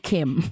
Kim